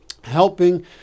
helping